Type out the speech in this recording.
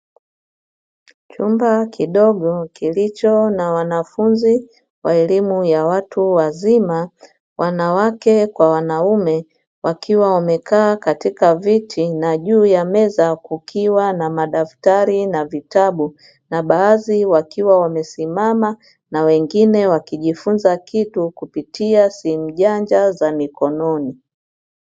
Chumba kidogo kilicho na wanafunzi wa elimu ya watu wazima, wanawake kwa wanaume wakiwa wamekaa katika viti na juu ya meza kukiwa na madaftari na vitabu na baadhi wakiwa wamesimama na wengine wakijifunza kitu kupitia simu janja za mikononi.